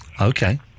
Okay